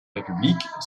république